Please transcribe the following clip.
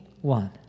one